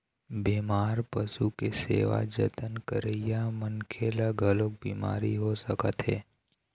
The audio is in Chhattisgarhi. बेमार पशु के सेवा जतन करइया मनखे ल घलोक बिमारी हो सकत हे